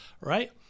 right